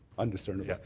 undiscernable? yeah